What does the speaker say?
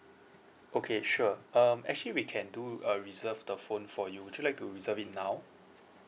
okay sure um actually we can do uh reserve the phone for you would you like to reserve it now